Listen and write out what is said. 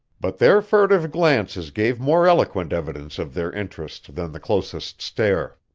but their furtive glances gave more eloquent evidence of their interest than the closest stare.